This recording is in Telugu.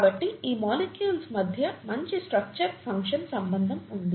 కాబట్టి ఈ మాలిక్యూల్స్ మధ్య మంచి స్ట్రక్చర్ ఫంక్షన్ సంబంధం ఉంది